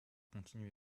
continué